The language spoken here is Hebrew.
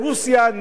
ברוסיה,